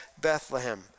Bethlehem